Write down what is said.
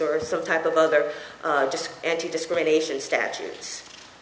or some type of other just antidiscrimination statutes